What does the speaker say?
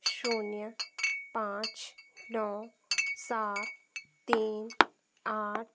शून्य पाँच नौ सात तीन आठ